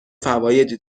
فوایدی